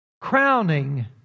Crowning